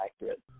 accurate